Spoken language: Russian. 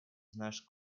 знаешь